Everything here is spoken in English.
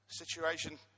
situation